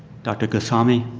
dr. gotswami,